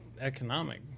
economic